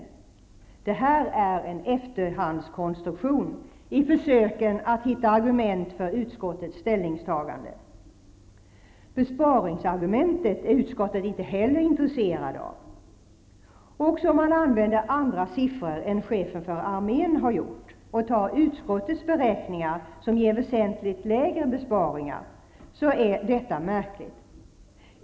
Det här är en efterhandskonstruktion i försöken att hitta argument för utskottets ställningstagande. Besparingsargumentet är utskottet inte heller intresserat av. Också om man använder andra siffror än chefen för armén har gjort och tar utskottets beräkningar, som ger väsentligt lägre besparingar, är detta märkligt.